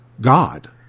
God